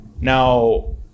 now